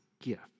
gift